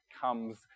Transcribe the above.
comes